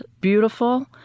beautiful